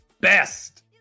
best